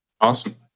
awesome